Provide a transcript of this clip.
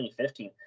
2015